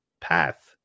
path